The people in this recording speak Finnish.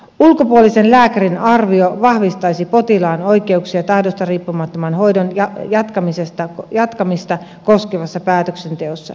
ulkopuolisen lääkärin arvio vahvistaisi potilaan oikeuksia tahdosta riippumattoman hoidon jatkamista koskevassa päätöksenteossa